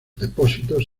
depósitos